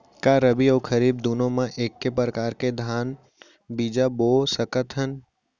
का रबि अऊ खरीफ दूनो मा एक्के प्रकार के धान बीजा बो सकत हन?